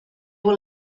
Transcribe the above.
were